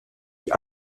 die